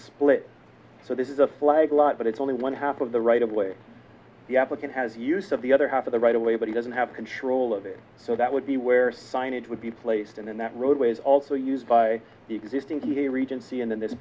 split so this is a flag lot but it's only one half of the right of way the applicant has use of the other half of the right away but he doesn't have control of it so that would be where signage would be placed in and that roadway is also used by the existing he regency and in this